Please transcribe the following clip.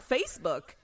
Facebook